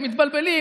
הם מתבלבלים,